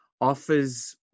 offers